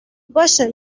باشه